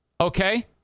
Okay